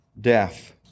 death